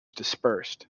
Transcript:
dispersed